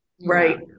Right